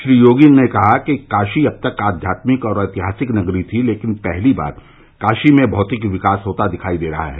श्री योगी ने कहा कि काशी अब तक आध्यात्मिक और ऐतिहासिक नगरी थी लेकिन पहली बार काशी में भौतिक विकास होता दिखाई दे रहा है